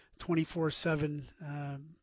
24-7